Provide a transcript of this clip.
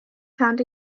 found